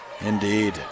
Indeed